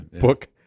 book